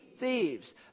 thieves